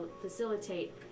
facilitate